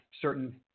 certain